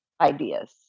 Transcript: ideas